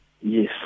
Yes